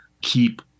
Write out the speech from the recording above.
keep